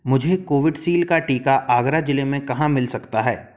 मुझे कोविशील्ड का टीका आगरा ज़िले में कहाँ मिल सकता है